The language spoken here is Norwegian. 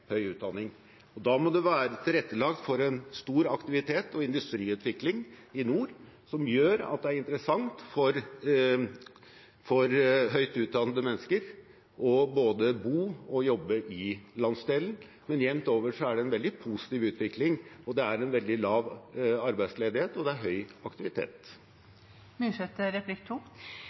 høy utdanning. Da må det være tilrettelagt for stor aktivitet og industriutvikling i nord som gjør at det er interessant for høyt utdannede mennesker å både bo og jobbe i landsdelen. Men jevnt over er det en veldig positiv utvikling. Det er veldig lav arbeidsledighet, og det er høy aktivitet.